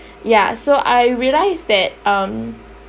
ya so I realised that um